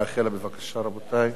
בבקשה, רבותי.